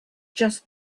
just